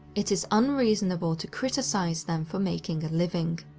it is unreasonable to criticise them for making a living.